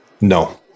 No